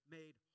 made